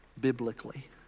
biblically